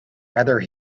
whether